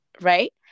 Right